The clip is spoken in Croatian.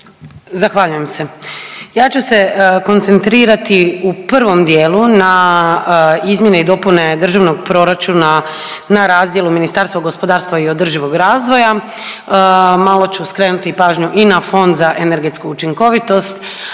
Zahvaljujem se. Ja ću se koncentrirati u prvom dijelu na izmjene i dopune Državnog proračuna na razdjelu Ministarstva gospodarstva i održivog razvoja. Malo ću skrenuti pažnju i na Fond za energetsku učinkovitost,